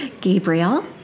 Gabriel